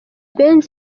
benz